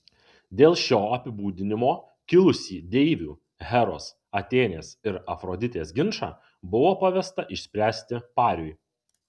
dėl šio apibūdinimo kilusį deivių heros atėnės ir afroditės ginčą buvo pavesta išspręsti pariui